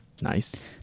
nice